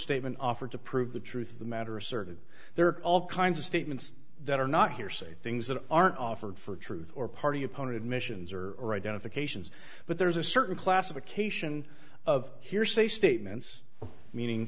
statement offered to prove the truth of the matter asserted there are all kinds of statements that are not hearsay things that aren't offered for truth or party opponent admissions or are identifications but there's a certain classification of hearsay statements meaning